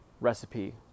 recipe